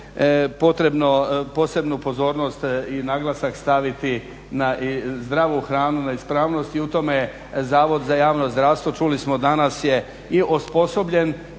potrebno posebnu pozornost i naglasak staviti na zdravu hranu, na ispravnost i u tome Zavodu za javno zdravstvo čuli smo danas je i osposobljen